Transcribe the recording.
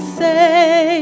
say